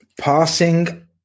Passing